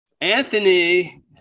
Anthony